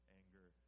anger